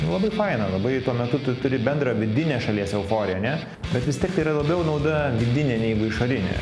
labai faina labai tuo metu tu turi bendrą vidinę šalies euforiją bet vis tiek yra labiau nauda vidinė negu išorinė